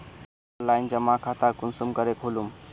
Online जमा खाता कुंसम करे खोलूम?